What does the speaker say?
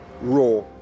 raw